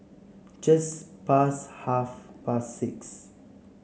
just past half past six